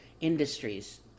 industries